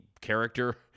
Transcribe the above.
character